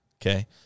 Okay